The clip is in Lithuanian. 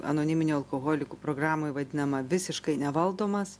anoniminių alkoholikų programoj vadinama visiškai nevaldomas